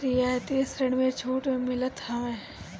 रियायती ऋण में छूट मिलत हवे